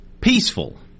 peaceful